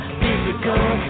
physical